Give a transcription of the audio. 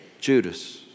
Judas